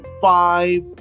five